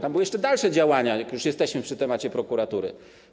Tam były jeszcze dalsze działania, jak już jesteśmy przy temacie prokuratury.